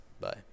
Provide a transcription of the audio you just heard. Bye